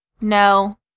No